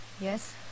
Yes